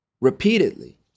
repeatedly